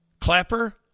Clapper